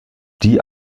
die